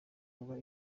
kuba